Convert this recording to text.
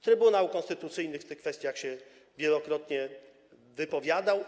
Trybunał Konstytucyjny w tych kwestiach się wielokrotnie wypowiadał.